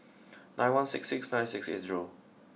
nine one six six nine six eight zero